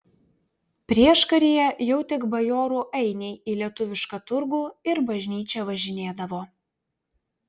prieškaryje jau tik bajorų ainiai į lietuvišką turgų ir bažnyčią važinėdavo